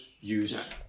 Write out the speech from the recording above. use